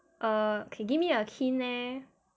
err can give me a hint leh